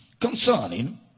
concerning